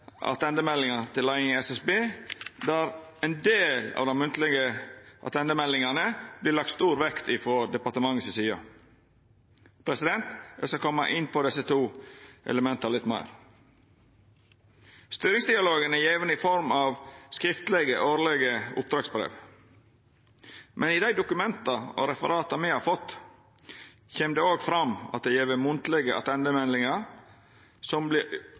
til leiinga i SSB, ein del av dei munnlege tilbakemeldingane vart lagde stor vekt på frå departementet si side. Eg skal koma litt meir inn på desse to elementa. Styringsdialogen er gjeven i form av skriftlege årlege oppdragsbrev, men i dei dokumenta og referata me har fått, kjem det òg fram at det er gjeve munnlege attendemeldingar som